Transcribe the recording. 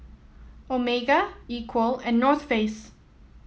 Omega Equal and North Face